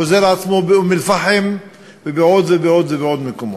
חוזר על עצמו באום-אלפחם ובעוד ועוד ועוד מקומות.